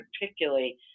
particularly